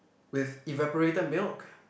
with evaporated milk